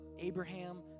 Abraham